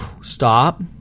stop